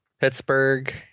Pittsburgh